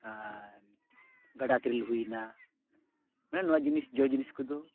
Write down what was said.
ᱟᱨ ᱜᱟᱰᱟ ᱛᱮᱨᱮᱞ ᱦᱩᱭ ᱮᱱᱟ ᱢᱟᱱᱮ ᱱᱚᱣᱟ ᱡᱤᱱᱤᱥ ᱡᱚ ᱡᱤᱱᱤᱥ ᱠᱚᱫᱚ